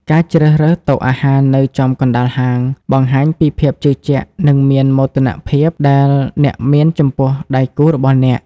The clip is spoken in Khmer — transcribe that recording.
ការជ្រើសរើសតុអាហារនៅចំកណ្ដាលហាង បង្ហាញពីភាពជឿជាក់ និងមោទនភាពដែលអ្នកមានចំពោះដៃគូរបស់អ្នក។